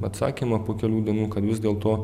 atsakymą po kelių dienų kad vis dėlto